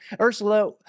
Ursula